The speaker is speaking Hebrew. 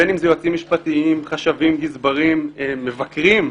בין אם זה יועצים משפטיים, חשבים, גזברים, מבקרים,